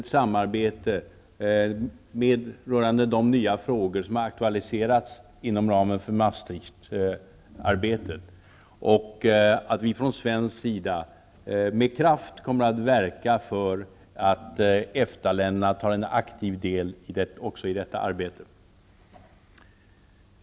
ett samarbete rörande de nya frågor som har aktualiserats inom ramen för Maastrichtarbetet och att vi från svensk sida med kraft kommer att verka för att EFTA-länderna tar en aktiv del också i detta arbete.